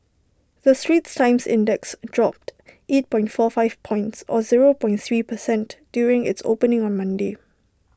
the straits times index dropped eight point four five points or zero point three per cent during its opening on Monday